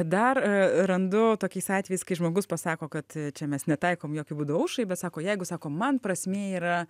dar randu tokiais atvejais kai žmogus pasako kad čia mes netaikom jokiu būdu aušrai sako jeigu sako man prasmė yra